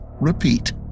repeat